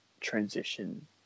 transition